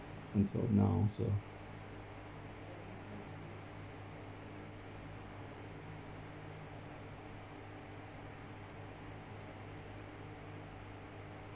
until now so